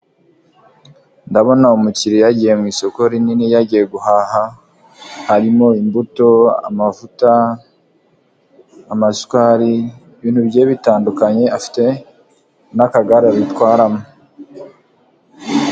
Ndabona umukiriya yagiye mu isoko rinini yagiye guhaha harimo; imbuto, amavuta, amasukari, ibintu bigiye bitandukanye afite n'akagare abitwaramo.